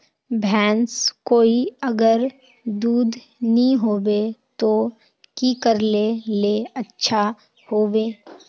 भैंस कोई अगर दूध नि होबे तो की करले ले अच्छा होवे?